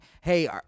hey –